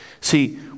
See